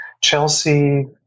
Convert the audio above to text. chelsea